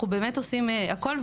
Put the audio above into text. אנחנו באמת עושים הכול.